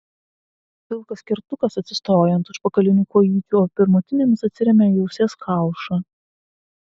pilkas kertukas atsistoja ant užpakalinių kojyčių o pirmutinėmis atsiremia į ausies kaušą